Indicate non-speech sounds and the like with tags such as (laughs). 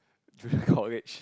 (laughs) junior college